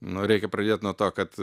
nu reikia pradėt nuo to kad